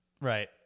Right